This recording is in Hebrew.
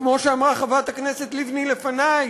וכמו שאמרה חברת הכנסת לבני לפני,